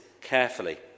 carefully